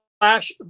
flash